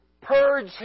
Purge